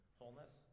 wholeness